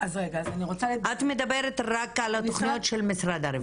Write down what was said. את מדברת רק על התוכניות של משרד הרווחה.